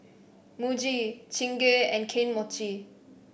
Muji Chingay and Kane Mochi